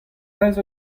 rez